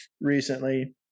recently